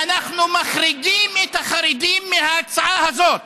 אנחנו מחריגים את החרדים מההצעה הזאת.